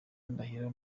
ndahiro